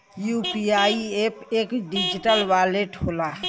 UPI app एक digital wallet होला